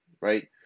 Right